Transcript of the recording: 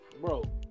bro